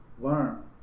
learn